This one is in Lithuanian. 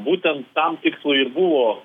būtent tam tikslui ir buvo